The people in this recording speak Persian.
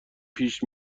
پیش